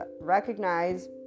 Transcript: recognize